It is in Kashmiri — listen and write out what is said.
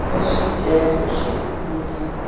أسۍ کیٛازِ چھِ ییٚتی